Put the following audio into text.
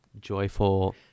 joyful